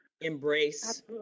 embrace